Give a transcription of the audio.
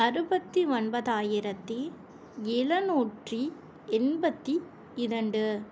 அறுபத்தி ஒன்பதாயிரத்து எழநூற்றி எண்பத்து இரண்டு